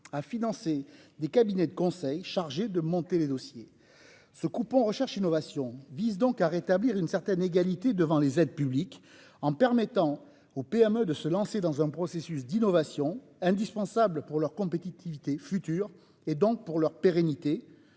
à rémunérer des cabinets de conseil chargés de monter les dossiers ! Le « coupon recherche-innovation » vise donc à rétablir une certaine égalité devant les aides publiques en permettant aux PME de se lancer dans un processus d'innovation indispensable pour leur compétitivité future, donc pour leur pérennité,